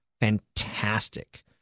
fantastic